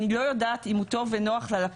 אני לא יודעת אם הוא טוב ונוח ללקוח.